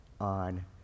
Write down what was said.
on